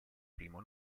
primo